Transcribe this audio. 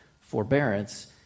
forbearance